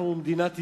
אנחנו מדינת ישראל.